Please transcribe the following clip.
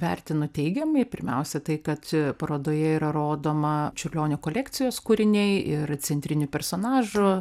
vertinu teigiamai pirmiausia tai kad parodoje yra rodoma čiurlionio kolekcijos kūriniai ir centriniu personažu